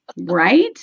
Right